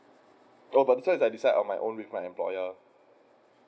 oh but this one I decide on my own with my employer